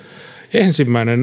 ensimmäinen